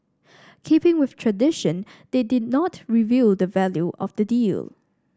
keeping with tradition they did not reveal the value of the deal